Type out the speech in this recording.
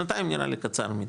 שנתיים נראה לי קצר מידי,